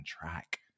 track